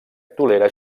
tolera